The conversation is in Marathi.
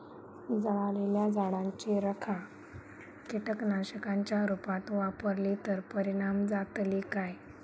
जळालेल्या झाडाची रखा कीटकनाशकांच्या रुपात वापरली तर परिणाम जातली काय?